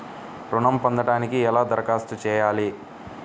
ఋణం పొందటానికి ఎలా దరఖాస్తు చేయాలి?